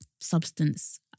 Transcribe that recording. substance